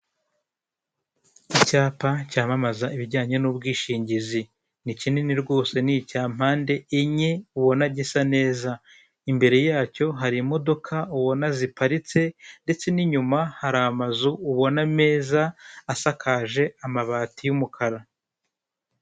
icyapa cyamamaza ibijyanye n'ubwishingizi, ni kinini rwose, ni icya mpande enye ubona gisa neza, imbere yacyo hari imodoka ubona ziparitse ndetse n'inyuma hari amazu ubona meza asakaje amabati y'umukara.